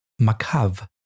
makav